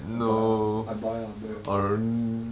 I buy ah I buy ah I buy